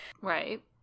Right